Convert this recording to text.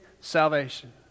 salvation